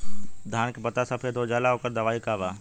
धान के पत्ता सफेद हो जाला ओकर दवाई का बा?